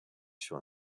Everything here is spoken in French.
sur